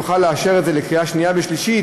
נוכל לאשר את זה בקריאה שנייה ושלישית,